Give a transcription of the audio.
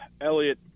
Elliot